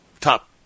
top